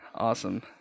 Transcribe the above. Awesome